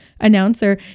announcer